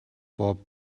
bob